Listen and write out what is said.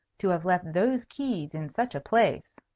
to have left those keys in such a place!